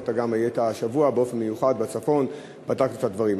ואתה גם היית השבוע באופן מיוחד בצפון ובדקת את הדברים.